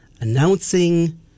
Announcing